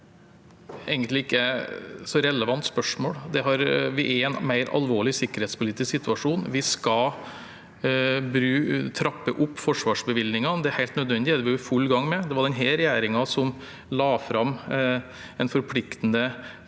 det er et så relevant spørsmål. Vi er i en mer alvorlig sikkerhetspolitisk situasjon. Vi skal trappe opp forsvarsbevilgningene. Det er helt nødvendig; det er vi i full gang med. Det var denne regjeringen som la fram en forpliktende